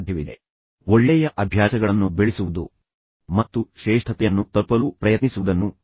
ನನ್ನೊಂದಿಗೆ ಇದ್ದಕ್ಕಾಗಿ ಧನ್ಯವಾದಗಳು ಮತ್ತು ನಂತರ ಪ್ರಯಾಣವನ್ನು ಒಳ್ಳೆಯ ಅಭ್ಯಾಸಗಳನ್ನು ಬೆಳೆಸುವುದು ಮತ್ತು ನಂತರ ಶ್ರೇಷ್ಠತೆಯನ್ನು ತಲುಪಲು ಪ್ರಯತ್ನಿಸುವುದನ್ನು ಆನಂದಿಸೋಣ